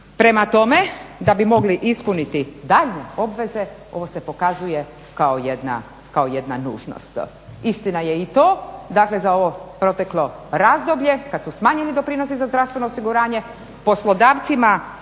Prema tome da bi mogli ispuniti daljnje obveze ovo se pokazuje kao jedna nužnost. Istina je i to dakle za ovo proteklo razdoblje kad su smanjeni doprinosi za zdravstveno osiguranje, poslodavcima